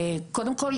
קודם כל,